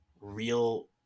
real